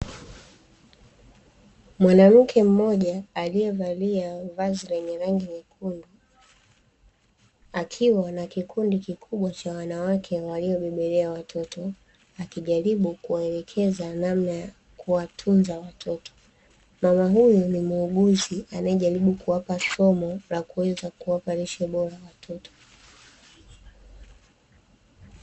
Mwanamke mmoja aliyevalia vazi lenye rangi nyekundu akiwa na kikundi kikubwa cha wanawake waliobebelea watoto akijaribu kuwaelekeza namna ya kuwatunza watoto. Mama huyu ni muuguzi anayejaribu kuwapa somo la kuweza kuwapa lishe bora watoto.